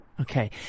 Okay